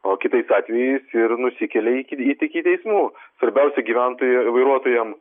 o kitais atvejais ir nusikelia iki iki teismų svarbiausia gyventojui vairuotojam